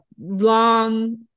long